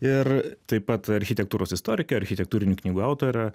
ir taip pat architektūros istorikę architektūrinių knygų autorę